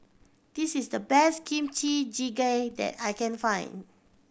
this is the best Kimchi Jjigae that I can find